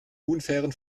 unfairen